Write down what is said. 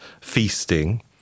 feasting